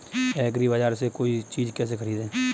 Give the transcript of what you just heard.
एग्रीबाजार से कोई चीज केसे खरीदें?